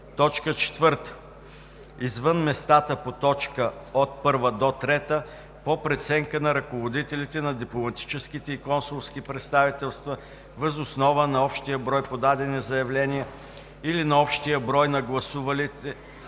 съюз; 4. извън местата по т. 1-3 по преценка на ръководителите на дипломатическите и консулските представителства въз основа на общия брой подадени заявления или на общия брой на гласувалите